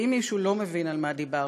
ואם מישהו לא מבין על מה דיברתי,